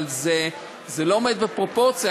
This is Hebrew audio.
אבל זה לא עומד בפרופורציה,